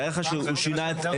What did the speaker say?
תאר לך שהוא שינה את